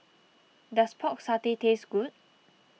does Pork Satay taste good